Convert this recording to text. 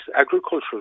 agricultural